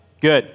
Good